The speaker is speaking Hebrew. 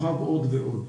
בעצמו להתרחב עוד ועוד.